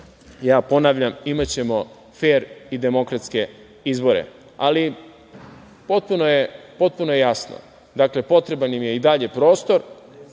Ponavljam – imaćemo fer i demokratske izbore. Potpuno je jasno, dakle, potreban im je i dalje prostor